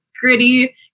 gritty